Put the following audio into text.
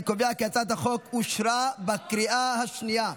אני קובע כי הצעת החוק אושרה בקריאה השנייה.